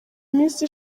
minsi